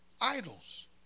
Idols